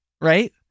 Right